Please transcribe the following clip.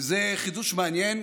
וזה חידוש מעניין.